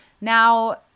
Now